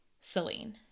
Celine